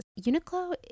uniqlo